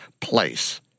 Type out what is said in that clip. Place